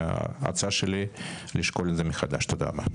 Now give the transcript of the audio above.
וההצעה שלי לשקול את זה מחדש תודה רבה.